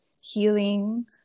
healing